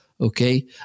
Okay